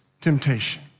temptation